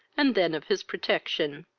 and then of his protection.